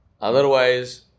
Otherwise